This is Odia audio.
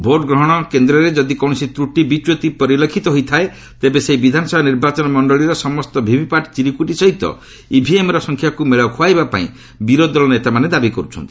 ଭୋଟ୍ ଗ୍ରହଣ କେନ୍ଦ୍ରରେ ଯଦି କୌଣସି ତ୍ରଟି ବିଚ୍ୟୁତି ପରିଲକ୍ଷିତ ହୋଇଥାଏ ତେବେ ସେହି ବିଧାନସଭା ନିର୍ବାଚନ ମଣ୍ଡଳୀର ସମସ୍ତ ଭିଭିପାଟ୍ ଚିରୁକୁଟି ସହିତ ଇଭିଏମ୍ର ସଂଖ୍ୟାକୁ ମେଳ ଖୁଆଇବା ପାଇଁ ବିରୋଧୀ ଦଳ ନେତାମାନେ ଦାବି କରୁଛନ୍ତି